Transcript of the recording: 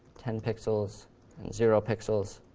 ten pixels and zero pixels.